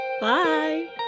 Bye